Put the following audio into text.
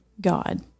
God